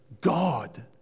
God